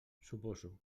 suposo